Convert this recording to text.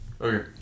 Okay